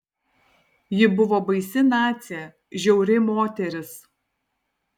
ji buvo baisi nacė žiauri moteris